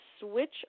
switch